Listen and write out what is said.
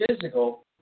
physical